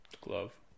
glove